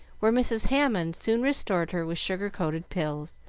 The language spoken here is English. where mrs. hammond soon restored her with sugar-coated pills,